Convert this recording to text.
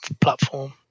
platform